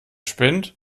spinnt